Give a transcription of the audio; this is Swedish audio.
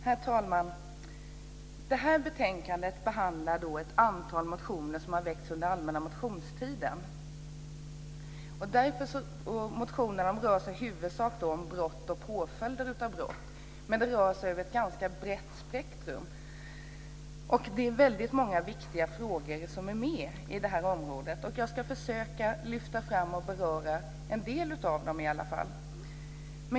Herr talman! I det här betänkandet behandlas ett antal motioner som har väckts under allmänna motionstiden. Motionerna handlar i huvudsak om brott och påföljder, men de rör sig över ett ganska brett spektrum. Och det är väldigt många viktiga frågor som finns med på detta område. Jag ska försöka att lyfta fram och beröra en del av dem i alla fall.